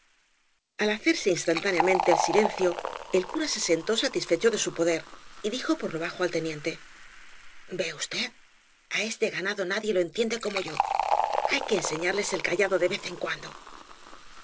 al hacerse instantádeamedíe el sileccio el cura se sentó satisfecho de su poder y dijo por lo bajo al teniente ve usted a este ganado nadie lo entiende como yo hay que enseñarles el cayado de vez en cuando